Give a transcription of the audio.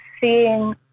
seeing